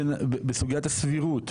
בסוגיית הסבירות,